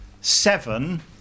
seven